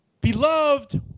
beloved